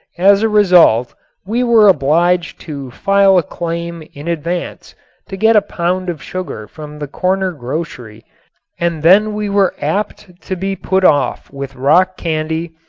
as a result we were obliged to file a claim in advance to get a pound of sugar from the corner grocery and then we were apt to be put off with rock candy,